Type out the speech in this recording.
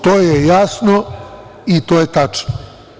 To je jasno i to je tačno.